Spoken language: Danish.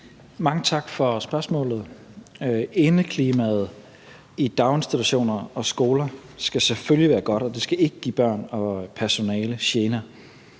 Mange tak for spørgsmålet. Indeklimaet i daginstitutioner og skoler skal selvfølgelig være godt, og det skal ikke give børn og personale gener.